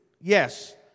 Yes